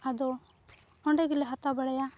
ᱟᱫᱚ ᱚᱸᱰᱮᱜᱮᱞᱮ ᱦᱟᱛᱟᱣ ᱵᱟᱲᱟᱭᱟ